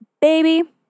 baby